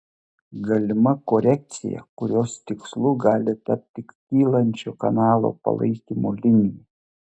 galima korekcija kurios tikslu gali tapti kylančio kanalo palaikymo linija